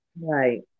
right